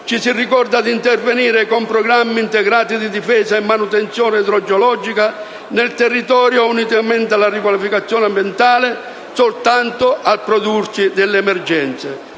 ci si ricorda di intervenire con programmi integrati di difesa e manutenzione idrogeologica del territorio unitamente alla riqualificazione ambientale soltanto al prodursi delle emergenze